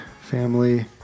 family